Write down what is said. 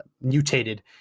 mutated